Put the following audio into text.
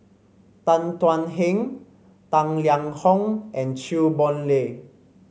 Tan Thuan Heng Tang Liang Hong and Chew Boon Lay